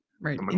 right